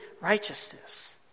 righteousness